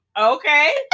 Okay